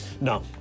no